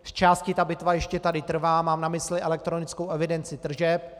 Zčásti ta bitva tady ještě trvá mám na mysli elektronickou evidenci tržeb.